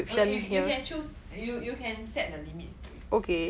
or le~ you you can choose you you can set the limits to it